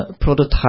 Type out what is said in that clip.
prototype